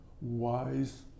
wise